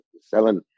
selling